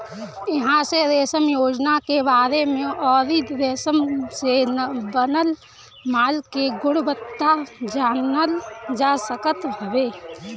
इहां से रेशम योजना के बारे में अउरी रेशम से बनल माल के गुणवत्ता जानल जा सकत हवे